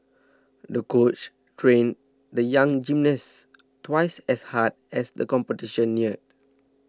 the coach trained the young gymnast twice as hard as the competition neared